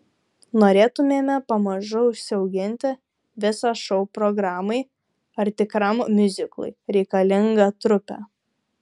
norėtumėme pamažu užsiauginti visą šou programai ar tikram miuziklui reikalingą trupę